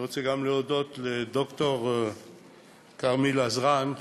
אני גם רוצה להודות לד"ר כרמיל עזרן,